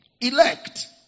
Elect